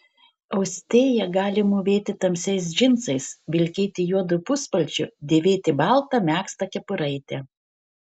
austėja gali mūvėti tamsiais džinsais vilkėti juodu puspalčiu dėvėti baltą megztą kepuraitę